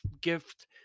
gift